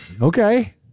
Okay